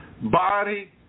body